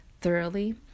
thoroughly